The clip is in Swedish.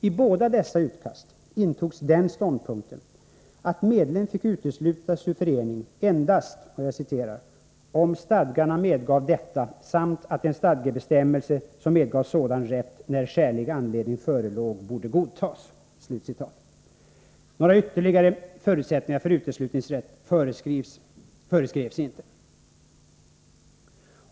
I båda dessa utkast intogs den ståndpunkten att medlem fick uteslutas ur förening endast ”om stadgarna medgav detta samt att en stadgebestämmelse som medgav sådan rätt när skälig anledning förelåg borde godtas”. Några ytterligare förutsättningar för uteslutningsrätt föreskrevs inte.